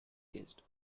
kissed